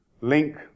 link